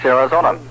Arizona